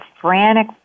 frantic